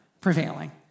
prevailing